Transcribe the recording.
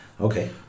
Okay